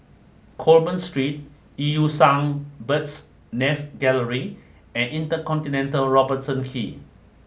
Coleman Street Eu Yan Sang Bird's Nest Gallery and Inter Continental Robertson Quay